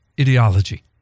ideology